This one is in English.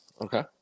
Okay